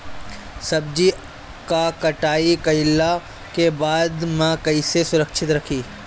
सब्जी क कटाई कईला के बाद में कईसे सुरक्षित रखीं?